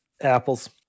Apples